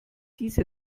diese